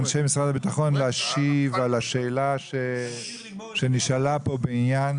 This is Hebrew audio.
אנשי משרד הביטחון ישיבו על השאלה שנשאלה כאן.